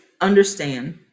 understand